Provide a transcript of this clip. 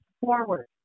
forward